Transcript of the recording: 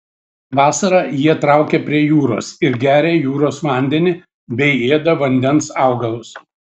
vasarą jie traukia prie jūros ir geria jūros vandenį bei ėda vandens augalus